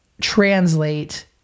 translate